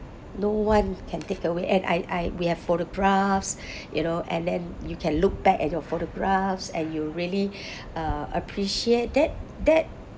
and I I we have photographs you know and then you can look back at your photographs and you really uh